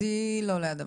לא ליד המחשב.